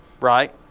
right